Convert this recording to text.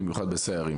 במיוחד בסיירים.